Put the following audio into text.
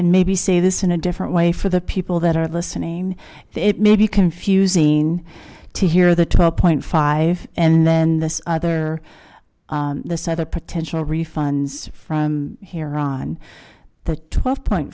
and maybe say this in a different way for the people that are listening it may be confusing to hear the top point five and then this other this other potential refunds from here on the twelve point